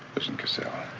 listen, caselle.